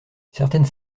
certaines